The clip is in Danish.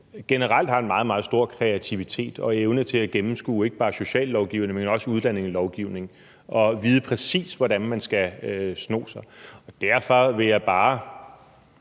generelt har en meget, meget stor kreativitet og evne til at gennemskue ikke bare sociallovgivningen, men også udlændingelovgivningen og vide, præcis hvordan man skal sno sig. Derfor vil jeg bare